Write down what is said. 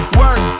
work